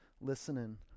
listening